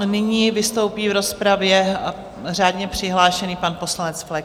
Nyní vystoupí v rozpravě řádně přihlášený pan poslanec Flek.